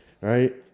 right